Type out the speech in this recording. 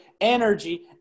energy